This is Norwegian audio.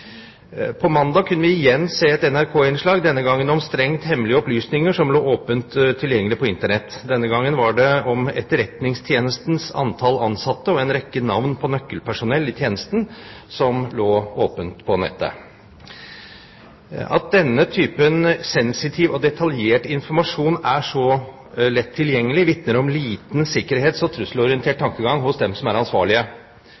På mandag kunne vi igjen se et lignende NRK-innslag, denne gangen om strengt hemmelige opplysninger som lå åpent tilgjengelig på Internett. Denne gangen var det om antall ansatte i Etterretningstjenesten og om en rekke navn på nøkkelpersonell i tjenesten som lå åpent på nettet. Det at denne typen sensitiv og detaljert informasjon er så lett tilgjengelig, vitner om liten sikkerhets- og trusselorientert